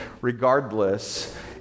Regardless